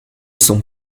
sont